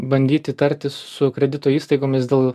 bandyti tartis su kredito įstaigomis dėl